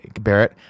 Barrett